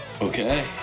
Okay